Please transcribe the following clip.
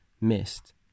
missed